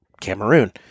Cameroon